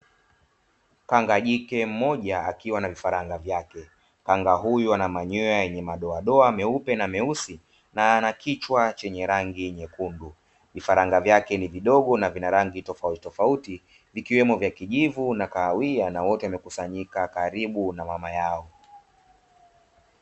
Kanga jike mmoja, akiwa na vifaranga vyake. Kanga huyu ana manyoya yenye madoadoa meupe na meusi na anakichwa chenye rangi nyekundu. Vifaranga vyake ni vidogo na vina rangi tofautitofauti, vikiwemo vya kijivu na kahawia, na wote wamekusanyika karibu na mama yao.